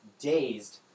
dazed